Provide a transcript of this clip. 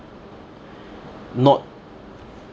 not